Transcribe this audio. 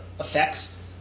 effects